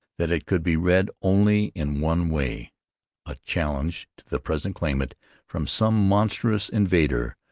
that it could be read only in one way a challenge to the present claimant from some monstrous invader,